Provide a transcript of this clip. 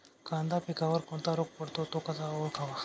कांदा पिकावर कोणता रोग पडतो? तो कसा ओळखावा?